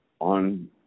on